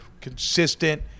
consistent